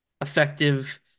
effective